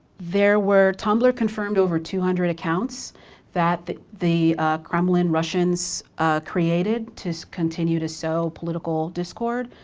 there were, tumblr confirmed over two hundred accounts that the kremlin, russians created to continue to sow political discord.